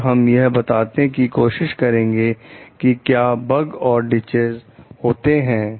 अगर हम यह बताने की कोशिश करेंगे कि क्या बग और डिचएस है